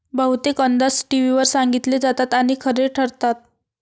बहुतेक अंदाज टीव्हीवर सांगितले जातात आणि खरे ठरतात